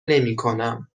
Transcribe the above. نمیکنم